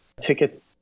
ticket